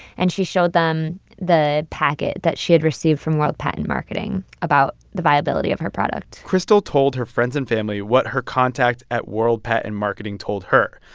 and she showed them the packet that she had received from world patent marketing about the viability of her product crystal told her friends and family what her contact at world patent marketing told her,